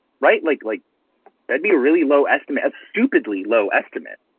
right? like like that'd be a really low estimate, a stupidly low estimate.